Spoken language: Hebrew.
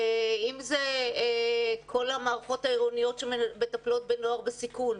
ואם זה כל המערכות העירוניות שמטפלות בנוער בסיכון,